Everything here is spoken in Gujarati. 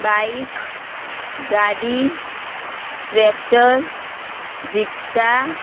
બાઈક ગાડી ટ્રેક્ટર રિક્ષા